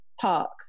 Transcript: park